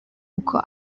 uko